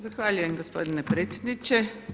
Zahvaljujem gospodine predsjedniče.